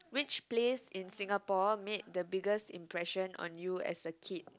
which place in Singapore made the biggest impression on you as a kid